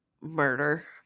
murder